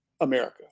America